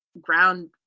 ground